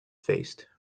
faced